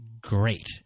great